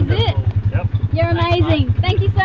it you're amazing, thank you so